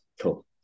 Cool